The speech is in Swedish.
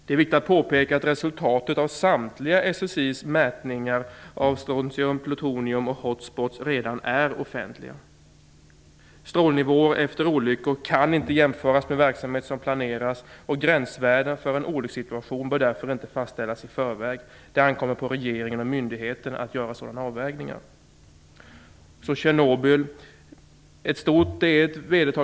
Det är viktigt att påpeka att resultatet av samtliga SSI:s mätningar av strontium, plutonium och "hot spots" redan är offentliga. Strålnivåer efter olyckor kan inte jämföras med verksamhet som planeras. Gränsvärden för en olyckssituation bör därför inte fastställas i förväg. Det ankommer på regeringen och myndigheterna att göra sådana avvägningar. Så några ord om Tjernobyl.